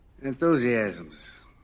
enthusiasms